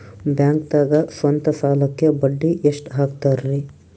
ಬ್ಯಾಂಕ್ದಾಗ ಸ್ವಂತ ಸಾಲಕ್ಕೆ ಬಡ್ಡಿ ಎಷ್ಟ್ ಹಕ್ತಾರಿ?